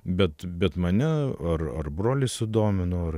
betbet mane arar brolis sudomino